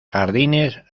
jardines